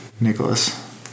Nicholas